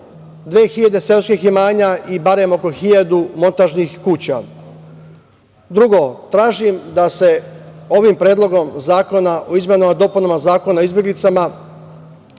2.000 seoskih imanja i barem oko hiljadu montažnih kuća. Drugo, tražim da se ovim Predlogom zakona o izmenama i dopunama Zakona o izbeglicama